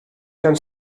gan